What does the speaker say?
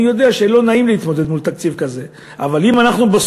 אני יודע שלא נעים להתמודד מול תקציב כזה,